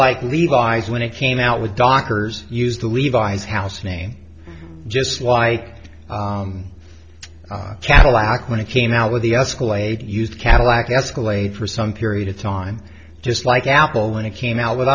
like levis when it came out with doctors use the levi's house name just why cadillac when it came out with the escalated used cadillac escalate for some period of time just like apple when it came out with